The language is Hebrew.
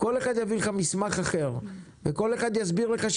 כל אחד יביא לך מסמך אחר וכל אחד יסביר לך,